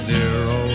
Zero